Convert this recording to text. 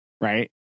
right